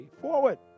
forward